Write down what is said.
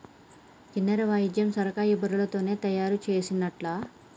కిన్నెర వాయిద్యం సొరకాయ బుర్రలతోనే తయారు చేసిన్లట